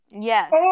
yes